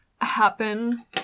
happen